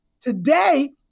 Today